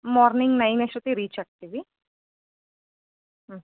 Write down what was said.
morning nine ಅಷ್ಟೊತ್ತಿಗೆ ರೀಚಾಗ್ತೀವಿ ಹ್ಮ್